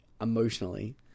emotionally